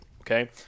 okay